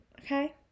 okay